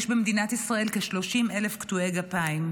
יש במדינת ישראל כ-30,000 קטועי גפיים.